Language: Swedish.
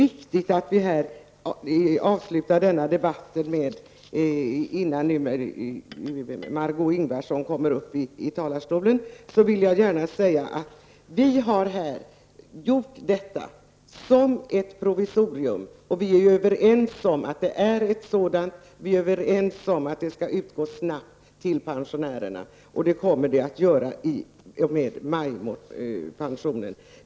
Innan Margó Ingvardsson kommer upp i talarstolen vill jag gärna säga att vi har gjort detta som ett provisorium, och att vi är överens om att det är ett sådant. Vi är överens om att det skall utgå snabbt till pensionärerna -- och det kommer det att göra i och med majpermissionen.